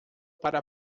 para